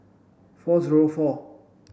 four zero four